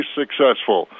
successful